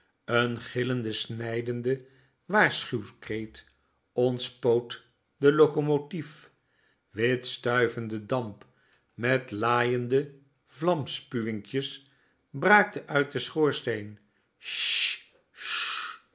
een gillende snijdende waarschuwkreet ontspoot de locomotief wit stuivende damp met laaiende vlamspuwinkjes braakte uit den schoorsteen